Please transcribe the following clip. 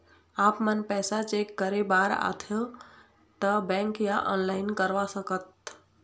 आपमन पैसा चेक करे बार आथे ता बैंक या ऑनलाइन करवा सकत?